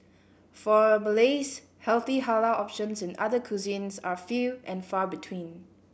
for Malays healthy halal options in other cuisines are few and far between